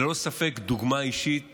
ללא ספק דוגמה אישית מעולה,